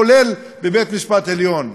כולל בבית-המשפט העליון.